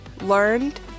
learned